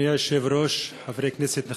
אדוני היושב-ראש, חברי כנסת נכבדים,